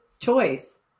choice